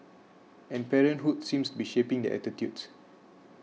and parenthood seems to be shaping their attitudes